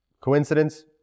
Coincidence